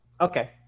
Okay